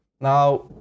now